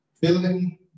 Building